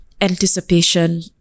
anticipation